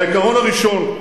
העיקרון הראשון: